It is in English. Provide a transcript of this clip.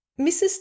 Mrs